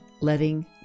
Letting